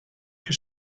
que